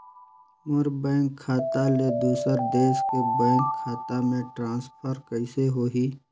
मोर bank खाता ले दुसर देश के बैंक खाता मे ट्रांसफर कइसे होही?